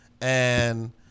and-